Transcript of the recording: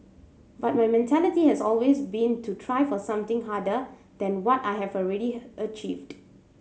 but my mentality has always been to try for something harder than what I have already achieved